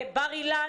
בר-אילן,